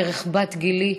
בערך בת גילי,